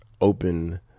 open